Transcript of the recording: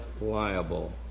liable